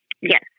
Yes